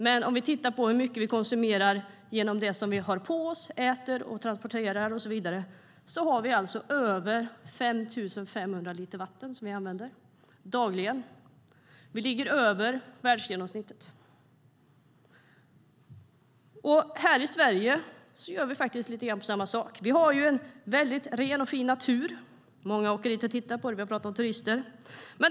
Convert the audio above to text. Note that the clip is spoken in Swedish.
Tittar vi på hur mycket vi konsumerar genom det vi har på oss, äter, transporterar och så vidare använder vi dock över 5 500 liter vatten dagligen. Vi ligger över världsgenomsnittet. Här i Sverige gör vi dessutom lite grann samma sak som i övriga världen. Vi har en väldigt ren och fin natur, och många åker hit och tittar på den - vi har talat om turister.